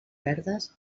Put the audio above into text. verdes